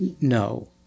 no